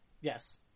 Yes